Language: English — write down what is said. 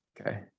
Okay